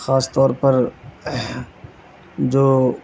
خاص طور پر جو